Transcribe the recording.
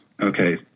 okay